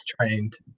trained